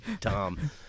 Tom